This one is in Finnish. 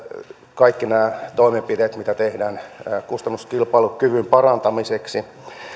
kaikki nämä toimenpiteet mitä tehdään kustannuskilpailukyvyn parantamiseksi